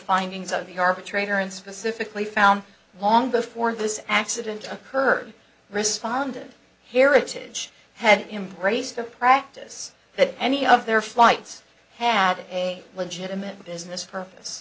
findings of the arbitrator and specifically found long before this accident occurred responded heritage had embraced a practice that any of their flights had a legitimate business purpose